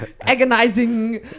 agonizing